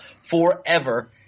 forever